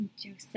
Joseph